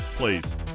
please